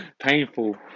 Painful